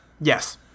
Yes